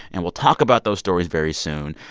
and we'll talk about those stories very soon.